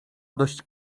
dość